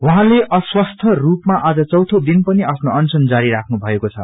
उहाँले अस्वस्थ्य रूपमा आज चौयो दिन पनि अनशन जारी राख्नु भएको छ